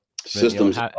Systems